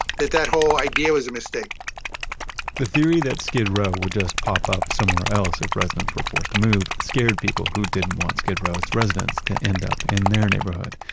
that, that whole idea was a mistake the theory that skid row would just pop up somewhere else if residents were forced to move scared people who didn't want skid row's residents to end up in their neighborhood.